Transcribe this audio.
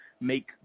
make